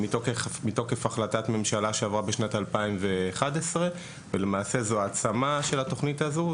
מתוקף החלטת ממשלה שעברה בשנת 2011. זו העצמה של התוכנית הזו,